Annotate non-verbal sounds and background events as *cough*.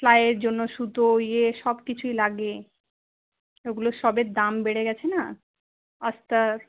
সেলায়ের জন্য সুতো ইয়ে সবকিছুই লাগে ওগুলো সবের দাম বেড়ে গেছে না *unintelligible*